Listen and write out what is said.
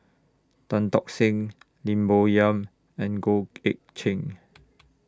Tan Tock Seng Lim Bo Yam and Goh Eck Kheng